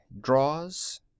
draws